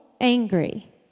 angry